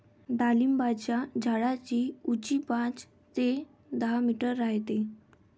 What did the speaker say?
डाळिंबाच्या झाडाची उंची पाच ते दहा मीटर राहते